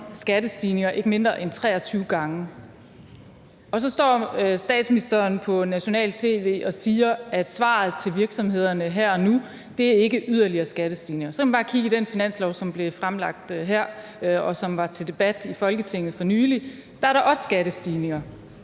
skattestigninger ikke mindre end 23 gange. Og så står statsministeren på nationalt tv og siger, at svaret til virksomhederne her og nu ikke er yderligere skattestigninger. Og så kan man bare kigge i den finanslov, som er blevet fremlagt, og som var til debat i Folketinget for nylig, og der er der også skattestigninger.